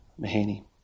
Mahaney